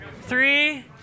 three